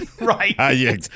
Right